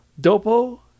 Dopo